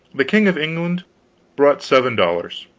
the king of england brought seven dollars,